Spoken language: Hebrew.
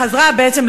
חזרה בעצם,